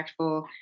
impactful